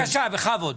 בבקשה, בכבוד.